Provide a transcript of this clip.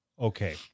Okay